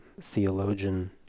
theologian